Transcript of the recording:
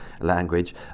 language